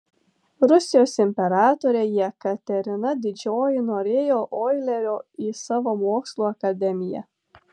rusijos imperatorė jekaterina didžioji norėjo oilerio į savo mokslų akademiją